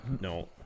No